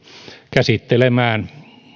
käsittelemään